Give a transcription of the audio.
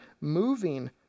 moving